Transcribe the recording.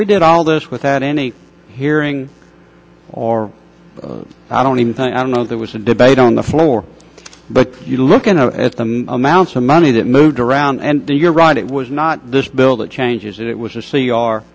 we did all this without any hearing or i don't even know there was a debate on the floor but you're looking at the amounts of money that moved around and you're right it was not this bill that changes it was a c r